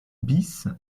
bis